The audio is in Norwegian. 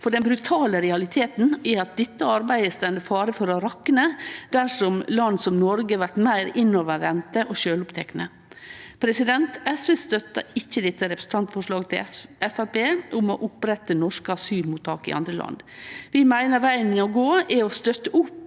for den brutale realiteten er at dette arbeidet står i fare for å rakne dersom land som Noreg blir meir innovervende og sjølvopptekne. SV støttar ikkje dette representantforslaget frå Framstegspartiet om å opprette norske asylmottak i andre land. Vi meiner vegen å gå er å støtte opp